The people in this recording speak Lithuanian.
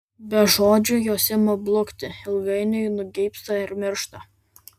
be žodžių jos ima blukti ilgainiui nugeibsta ir miršta